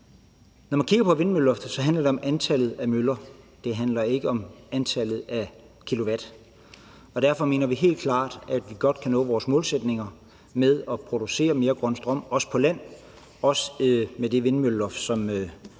på vindmølleloftet. Vindmølleloftet handler om antallet af møller, det handler ikke om mængden af kilowatt. Derfor mener vi helt klart, at vi godt kan nå vores målsætninger med at producere mere grøn strøm, også på land, og også med det vindmølleloft, som